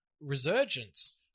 resurgence